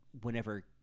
whenever